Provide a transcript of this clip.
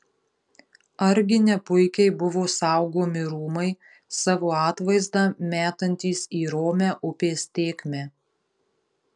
argi ne puikiai buvo saugomi rūmai savo atvaizdą metantys į romią upės tėkmę